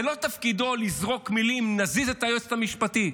זה לא תפקידו לזרוק מילים: נזיז את היועצת המשפטית.